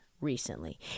recently